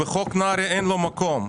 לחוק נהרי אין מקום.